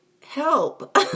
help